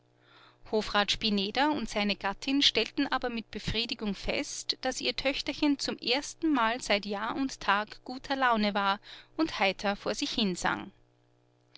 hofrat spineder und seine gattin stellten aber mit befriedigung fest daß ihr töchterchen zum erstenmal seit jahr und tag guter laune war und heiter vor sich hinsang